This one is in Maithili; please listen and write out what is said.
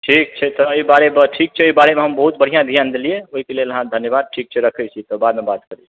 ठीक छै तऽ एहि बारे मे ठीक छै एहि बारे मे हम बहुत बढिआँ ध्यान देलियै ओहिके लेल अहाँ धन्यवाद ठीक छै रखै छी तऽ बाद मऽ बात करै छी